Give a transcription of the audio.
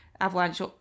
Avalanche